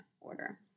order